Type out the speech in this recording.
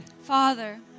Father